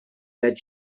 that